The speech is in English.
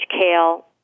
kale